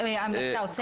המלצה הוצאתם?